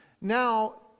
Now